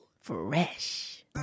Fresh